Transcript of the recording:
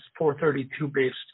432-based